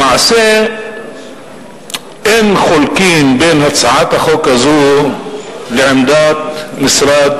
למעשה אין מחלוקת בין הצעת החוק הזאת לעמדת משרד